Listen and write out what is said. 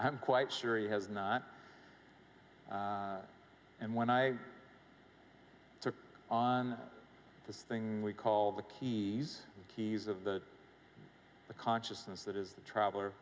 i'm quite sure he has not and when i took on this thing we call the keys keys of the consciousness that is the traveler